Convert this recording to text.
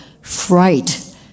fright